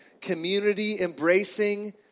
community-embracing